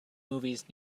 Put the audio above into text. movies